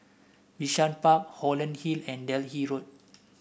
Bishan Park Holland Hill and Delhi Road